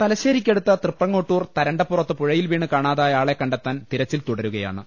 തലശ്ശേരിക്കടുത്ത തൃപ്രങ്ങോട്ടൂർ തരണ്ടപ്പുറത്ത് പുഴയിൽ വീണ് കാണാതായ ആളെ കണ്ടെത്താൻ തിരച്ചിൽ തുടരുകയാ ണ്